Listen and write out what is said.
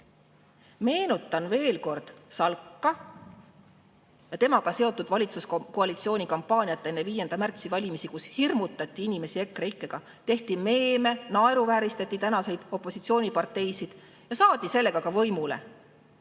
Meenutan veel kord SALK-i ja temaga seotud valitsuskoalitsiooni kampaaniat enne 5. märtsi valimisi, kus hirmutati inimesi EKRE ikkega, tehti meeme, naeruvääristati tänaseid opositsiooniparteisid ja saadi sellega võimule.